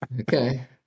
Okay